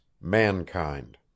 mankind